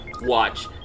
watch